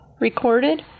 recorded